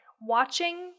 watching